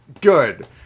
Good